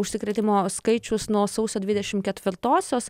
užsikrėtimo skaičius nuo sausio dvidešimt ketvirtosios